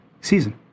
season